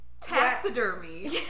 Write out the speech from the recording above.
Taxidermy